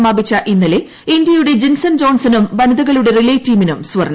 സമാപിച്ച ഇന്നലെ ഇന്ത്യയുടെ ജിൻസൺ ജോൺസനും വനിതകളുടെ റിലേ ടീമിനും സ്വർണം